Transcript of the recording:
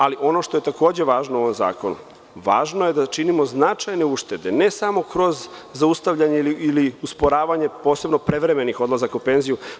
Ali, ono što je takođe važno u ovom zakonu, važno je da činimo značajne uštede ne samo kroz zaustavljanje ili usporavanje posebno prevremenih odlazaka u penziju.